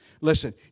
Listen